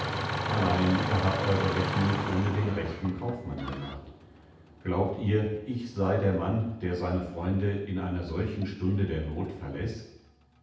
allein ihr habt eure rechnung ohne den rechten kaufmann gemacht glaubt ihr ich sei der mann der seine freunde in einer solchen stunde der not verläßt